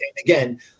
again